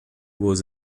was